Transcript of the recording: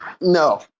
No